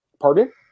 Pardon